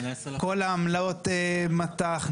כל העמלות מט"ח,